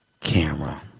camera